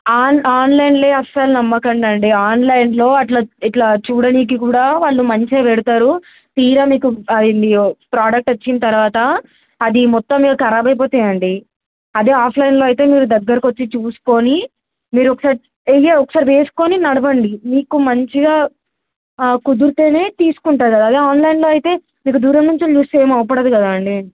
on ఆన్లైన్లో అస్సలు నమ్మకంండి ఆన్లైన్లో అట్లా ఇట్లా చూడనీకి కూడా వాళ్ళు మంచిగా పెడతారు తీరా మీకు అ ప్రోడక్ట్ వచ్చిన తర్వాత అది మొత్తం మీరు ఖరాబ్ అయిపోతాయండి అదే ఆఫ్లైన్లో అయితే మీరు దగ్గరకొచ్చి చూసుకొని మీరు ఒకసారి ఏగ ఒకసారి వేసుకొని నడవండి మీకు మంచిగా కుదురితేనే తీసుకుంటారు కదా అదే ఆన్లైన్లో అయితే మీకు దూరం నుంచి చూస్తే ఏం అగుపడదు కదా అండి